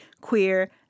Queer